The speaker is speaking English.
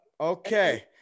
Okay